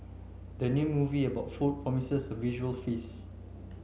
the new movie about food promises a visual feast